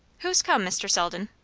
who's come, mr. selden?